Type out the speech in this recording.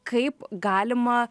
kaip galima